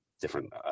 different